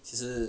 其实